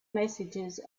messages